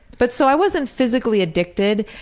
but so i wasn't physically addicted,